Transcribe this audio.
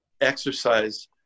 exercise